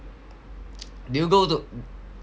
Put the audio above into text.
do you go to